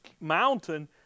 mountain